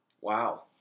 Wow